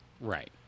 Right